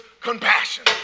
compassion